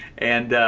and.